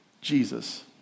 Jesus